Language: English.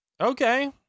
Okay